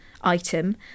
item